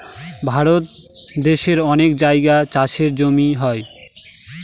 ভারত দেশের অনেক জায়গায় চাষের জমি হয়